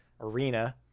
arena